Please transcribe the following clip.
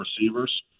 receivers